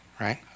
right